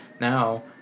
now